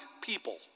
people